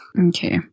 Okay